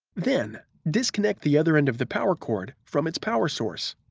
then, disconnect the other end of the power cord from its power source.